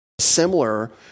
similar